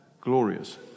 Glorious